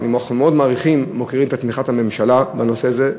אנחנו מאוד מעריכים ומוקירים את תמיכת הממשלה בנושא הזה,